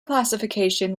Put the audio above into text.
classification